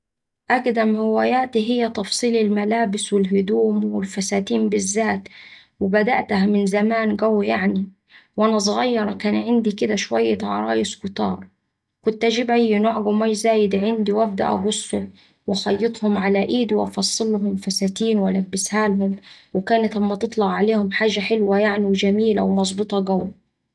أقدم هواياتي هي تفصيل الملابس والهدوم والفساتين بالذات، وبدأتها من زمان قوي يعني وأنا صغيرة كان عندي كدا شوية عرايس كتار. كت أجيب أي نوع قماش زايد عندي وأبدأ أقصه وأخيطهم على إيدي وأفصلهم فساتين وألبسهالهم، وكانت أما تطلع عليهم حاجة حلوة يعني وجميلة ومظبوطة قوي.